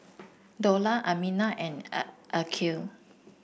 Dollah Aminah and Aqil